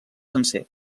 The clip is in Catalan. sencer